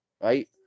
right